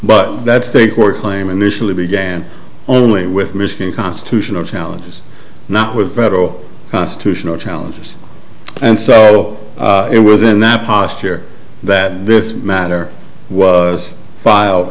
but that steak or claim initially began only with michigan constitutional challenges not with federal constitutional challenges and so it was in that posture that this matter was file